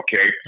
Okay